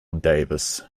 davis